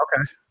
Okay